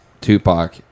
Tupac